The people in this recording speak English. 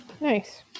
Nice